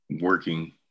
working